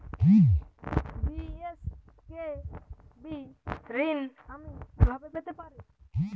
BSKB ঋণ আমি কিভাবে পেতে পারি?